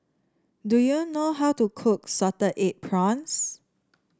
do you know how to cook Salted Egg Prawns